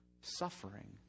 suffering